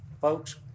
Folks